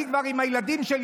אני כבר לא חווה עם הילדים שלי,